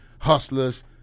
hustlers